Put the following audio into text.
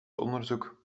onderzoek